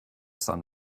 sun